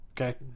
okay